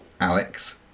Alex